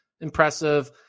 Impressive